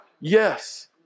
Yes